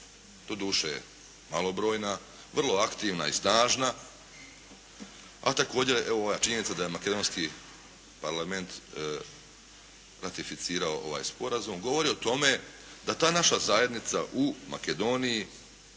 doduše malobrojna, vrlo aktivna i snažna, a također evo ova činjenica da je makedonski Parlament ratificirao ovaj sporazum govori o tome da ta naša zajednica u Makedoniji